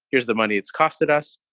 here's the money. it's costed us.